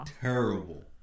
terrible